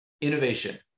innovation